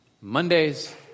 Mondays